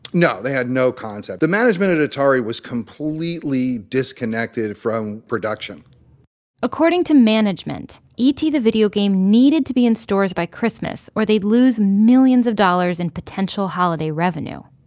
no. they had no concept. the management at atari was completely disconnected from production according to management, management, e t. the video game' needed to be in stores by christmas or they'd lose millions of dollars in potential holiday revenue.